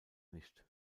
nicht